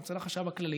גם אצל החשב הכללי,